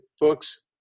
books